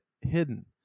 hidden